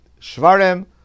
Shvarim